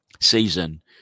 season